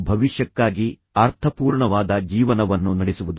ಮತ್ತು ಭವಿಷ್ಯಕ್ಕಾಗಿ ಅರ್ಥಪೂರ್ಣವಾದ ಜೀವನವನ್ನು ನಡೆಸುವುದು